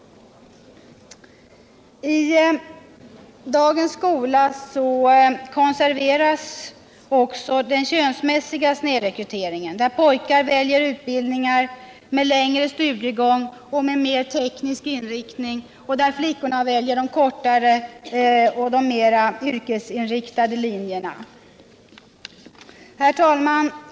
I dagens skola konserveras också den könsmässiga snedrekryteringen, där pojkar väljer utbildningar med längre studiegång och mer teknisk inriktning och där flickor väljer de kortare och mer yrkesinriktade linjerna. Herr talman!